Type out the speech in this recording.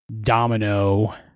domino